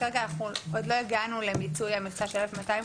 עוד לא הגענו למיצוי המכסה של 1,250,